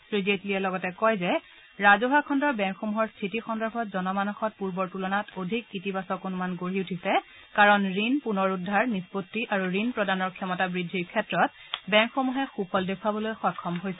শ্ৰীজেটলীয়ে লগতে কয় যে ৰাজছৱা খণ্ডৰ বেংকসমূহৰ স্থিতি সন্দৰ্ভত জনমানসত পূৰ্বৰ তুলনাত অধিক ইতিবাচক অনুমান গঢ়ি উঠিছে কাৰণ ঋণ পুনৰুদ্ধাৰ নিষ্পত্তি আৰু ঋণ প্ৰদানৰ ক্ষমতা বৃদ্ধিৰ ক্ষেত্ৰত বেংকসমূহে সূফল দেখুৱাবলৈ সক্ষম হৈছে